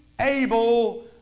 able